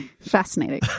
Fascinating